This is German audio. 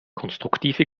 konstruktive